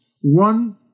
One